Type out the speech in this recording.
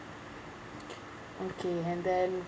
okay and then